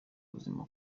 buzima